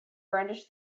brandished